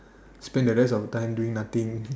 spend the rest of the time doing nothing